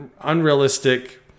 unrealistic